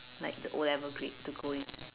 like the O-level grade to go in